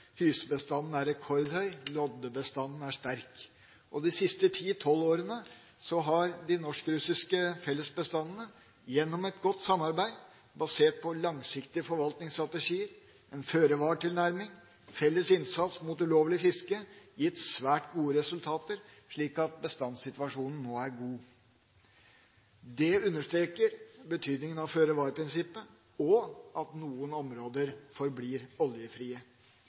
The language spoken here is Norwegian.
hysebestanden er rekordhøy, og loddebestanden er sterk. De siste ti–tolv årene har de norsk–russiske fellesbestandene, gjennom et godt samarbeid basert på langsiktige forvaltningsstrategier, en føre-var-tilnærming og felles innsats mot ulovlig fiske, gitt svært gode resultater, slik at bestandssituasjonen nå er god. Det understreker betydningen av føre-var-prinsippet og at noen områder forblir oljefrie.